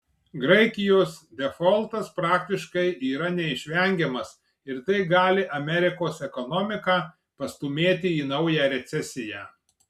graikijos defoltas praktiškai yra neišvengiamas ir tai gali amerikos ekonomiką pastūmėti į naują recesiją